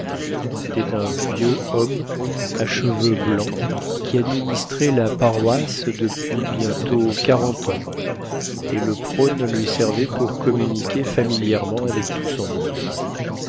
c'était un vieux homme à cheveux blancs qui administrait la paroisse depuis bientôt quarante ans et le prône lui servait pour communiquer familièrement avec tout son monde